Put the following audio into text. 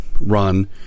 run